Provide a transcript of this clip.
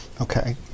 Okay